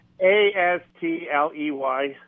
A-S-T-L-E-Y